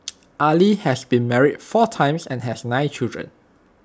Ali has been married four times and has nine children